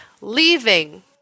leaving